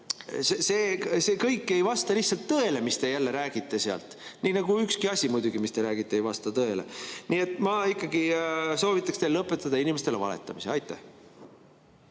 see kõik ei vasta lihtsalt tõele, mis te räägite sealt, nii nagu ükski asi muidugi, mis te räägite, ei vasta tõele. Ma ikkagi soovitaks teil lõpetada inimestele valetamise. Aitäh!